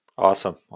awesome